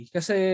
Kasi